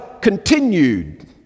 continued